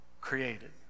created